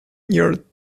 your